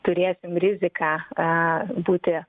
turėsim riziką būti